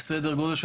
סדר גודל,